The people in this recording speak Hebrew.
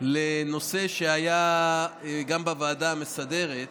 לנושא שהיה בוועדה המסדרת ולומר,